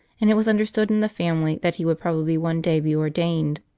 and it was understood in the family that he would probably one day be ordained.